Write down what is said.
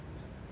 ya